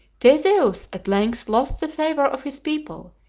theseus at length lost the favor of his people,